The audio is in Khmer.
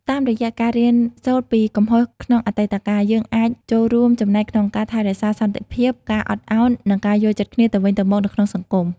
តាមរយៈការរៀនសូត្រពីកំហុសក្នុងអតីតកាល យើងអាចចូលរួមចំណែកក្នុងការថែរក្សាសន្តិភាព ការអត់អោន និងការយល់ចិត្តគ្នាទៅវិញទៅមកនៅក្នុងសង្គម។